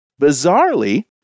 Bizarrely